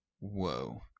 Whoa